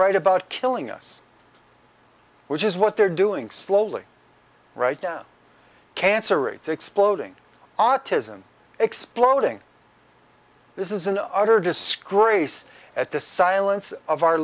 write about killing us which is what they're doing slowly right now cancer rates exploding autism exploding this is an utter disgrace at the silence of our